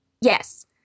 Yes